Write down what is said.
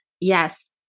yes